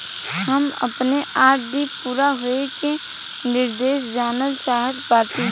हम अपने आर.डी पूरा होवे के निर्देश जानल चाहत बाटी